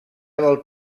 del